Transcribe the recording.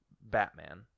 Batman